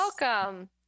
welcome